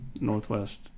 Northwest